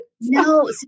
No